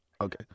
Okay